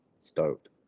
stoked